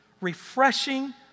refreshing